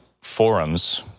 forums